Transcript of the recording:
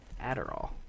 Adderall